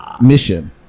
mission